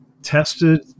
tested